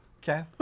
Okay